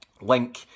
link